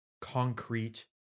concrete